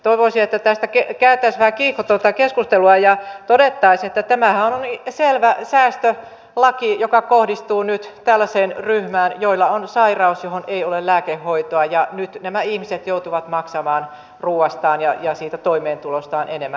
toivoisi että tästä käytäisiin vähän kiihkotonta keskustelua ja todettaisiin että tämähän on selvä säästölaki joka kohdistuu nyt tällaisten ryhmään joilla on sairaus johon ei ole lääkehoitoa ja nyt nämä ihmiset joutuvat maksamaan ruoastaan ja siitä toimeentulostaan enemmän